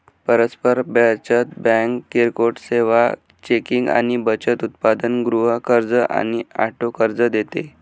परस्पर बचत बँक किरकोळ सेवा, चेकिंग आणि बचत उत्पादन, गृह कर्ज आणि ऑटो कर्ज देते